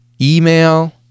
email